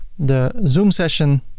the zoom session,